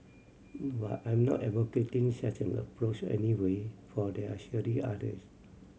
but I'm not advocating such an approach anyway for there are surely others